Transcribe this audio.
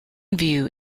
view